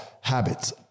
habits